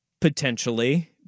potentially